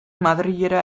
madrilera